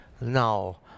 now